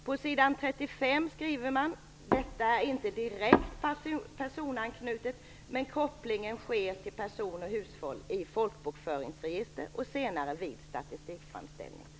På s. 35 skriver man: "Uppgifterna i ett lägenhetsregister är inte direkt personanknutna utan kopplingen till person och hushåll sker i folkbokföringsregistren och senare också vid statistikframställningen."